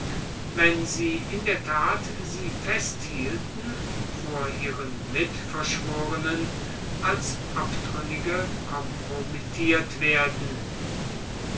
wenn sie in der tat sie festhielten vor ihren mitverschworenen als abtrünnige kompromittiert werden